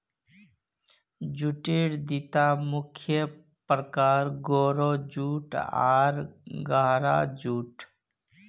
जूटेर दिता मुख्य प्रकार, गोरो जूट आर गहरा जूट